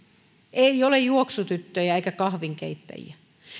ei ole juoksutyttöjä eikä kahvinkeittäjiä